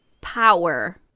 power